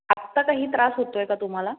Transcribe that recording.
आता काही त्रास होतो आहे का तुम्हाला